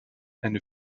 eine